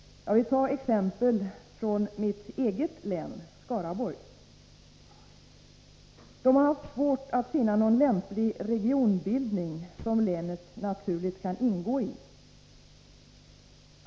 Jag vill ta exempel från mitt eget län, Skaraborgs län. Man har haft svårt att finna någon lämplig regionbildning som länet naturligt kan ingå i.